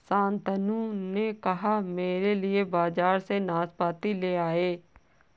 शांतनु से कहना मेरे लिए बाजार से नाशपाती ले आए